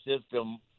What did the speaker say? system